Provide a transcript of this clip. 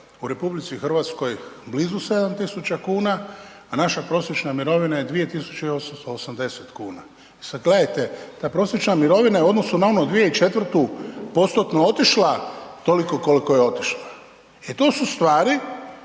plaća u RH blizu 7.000, a naša prosječna mirovina je 2.880 kuna. I sada gledajte, ta prosječna mirovina je u odnosu na 2004. postotno otišla toliko koliko je otišla